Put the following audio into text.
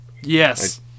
Yes